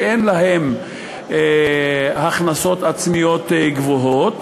שאין להן הכנסות עצמיות גבוהות.